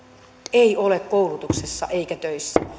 ei ole koulutuksessa eikä töissä